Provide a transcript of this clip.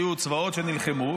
היו צבאות שנלחמו,